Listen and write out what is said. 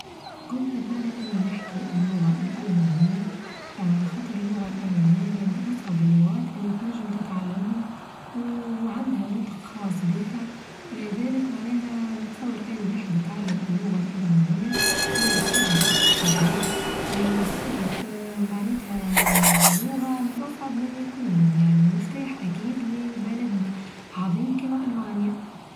كنت أتمنى إني نحكي اللغة الألمانية، خاطر اللغة الألمانية هي من أصعب اللغات اللي تنچم تتعلمهم، وعندها نطق خاص بيها، لذلك معناها نتصور أي واحد يتعلم اللغة الألمانية هو كسب برشا حاچات وكسب آآ معناتها لغة من أصعب ما يكون يعني ومفتاح أكيد لي بلد عظيم كيما ألمانيا.